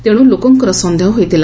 ତେଣୁ ଲୋକଙ୍କର ସନ୍ଦେହ ହୋଇଥିଲା